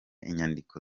inyandiko